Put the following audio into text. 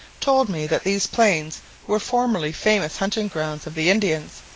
told me that these plains were formerly famous hunting grounds of the indians,